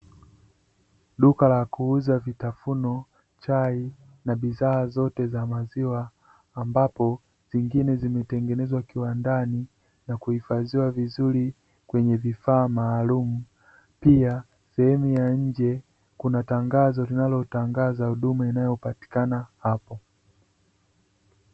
Duka la kuuza vitafunwa chai na bidhaa zote za maziwa, ambapo zingine zimetengenezwa kiwandani na kuhifadhiwa vizuri kwenye vifaa maalumu, pia sehemu ya nje kuna tangazo linalotangaza huduma inayopatikana hapo.